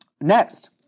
Next